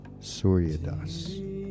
Suryadas